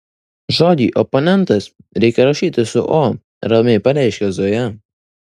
žodį oponentas reikia rašyti su o ramiai pareiškė zoja